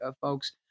folks